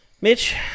Mitch